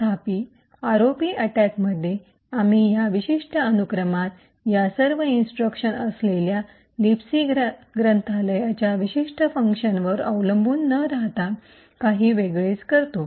तथापि आरओपी अटैकमध्ये आम्ही या विशिष्ट अनुक्रमात या सर्व इन्स्ट्रक्शन असलेल्या लिबसी ग्रंथालयाच्या विशिष्ट फंक्शनवर अवलंबून न राहता काही वेगळेच करतो